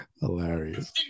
Hilarious